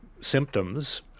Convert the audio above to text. symptoms